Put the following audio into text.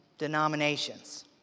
denominations